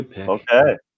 Okay